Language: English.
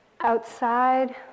outside